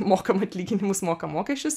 mokam atlyginimus mokam mokesčius